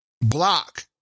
block